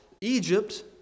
egypt